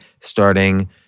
starting